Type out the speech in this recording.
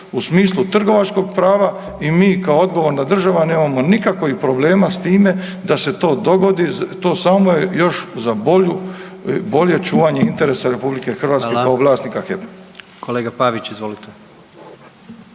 u smislu trgovačkog prava i mi kao odgovorna država nemamo nikakvog problema s time da se to dogodi, to samo je još za bolju, bolje čuvanje interesa RH …/Upadica: Hvala./… kao vlasnika HEP-a. **Jandroković,